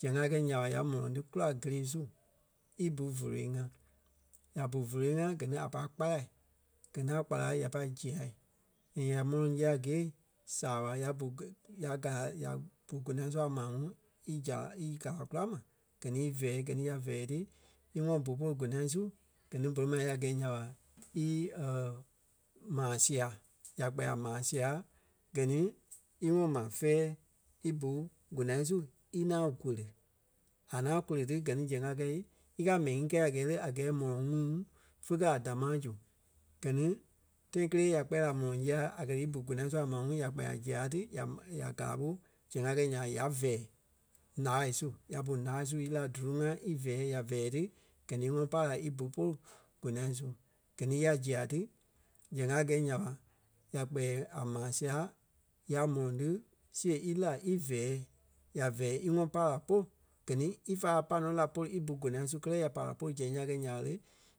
zɛŋ a kɛi nya ɓa ya mɔlɔŋ ti kula kele su í bu vòloi ŋa. Ya bu vòloi ŋa gɛ ni a pâi kpala gɛ ŋaŋ kpala ya pâi zia. And ya mɔlɔŋ zia gîe saaɓa ya bu ke- ya káa ya bu gonâ su a maa ŋuŋ i zaa í gala kula ma gɛ ni ívɛɛ gɛ ni ya vɛɛ ti í ŋɔnɔ bu polu gonâ su gɛ ni bôlu ma ya gɛ̀ nya ɓa í maa sia,. Ya kpɛɛ la maa sia gɛ ni í ŋɔnɔ maa vɛɛ í bu gonâ su í ŋaŋ gole. A ŋaŋ kole ti gɛ ni zɛŋ a kɛi í káa mɛni ŋí kɛi a gɛɛ le, a gɛɛ mɔlɔŋ ŋuŋ fe kɛ̀ a damaa zu. Gɛ ni tãi kélee ya kpɛɛ mɔlɔŋ zia a kɛ̀ í bu gonâ a maa ŋuŋ ya kpɛɛ a zîa ti ya- ya gala ɓo zɛŋ a kɛ̀ nya ɓa ya vɛɛ ǹaai su, ya bu ǹaai su í lí la duluŋ ŋa í vɛɛ ya vɛɛ ti gɛ ni í ŋɔnɔ pai la í bu pôlu gonâ su. Gɛ ni ya zia ti, zɛŋ a gɛ̀ nya ɓa ya kpɛɛ a maa sîa ya mɔlɔŋ ti siɣe e lí la í vɛɛ. Ya vɛɛ í ŋɔnɔ pai la polu gɛ ni ífa pai nɔ la pôlu í bu gonâ su. Kɛ́lɛ ya pai la polu zɛŋ ya gɛi nya ɓa le,